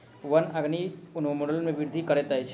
वन अग्नि वनोन्मूलन में वृद्धि करैत अछि